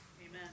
Amen